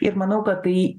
ir manau kad tai